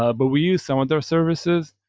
ah but we use some of their services.